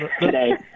today